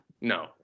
No